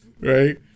Right